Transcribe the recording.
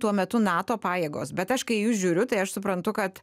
tuo metu nato pajėgos bet aš kai į jus žiūriu tai aš suprantu kad